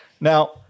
Now